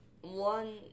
one